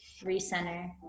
recenter